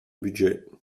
budget